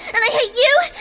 and i hate you,